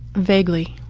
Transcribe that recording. vaguely.